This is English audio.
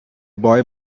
boy